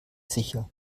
sicher